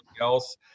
else